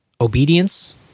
obedience